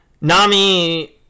Nami